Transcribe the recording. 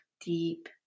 deep